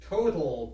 Total